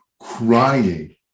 crying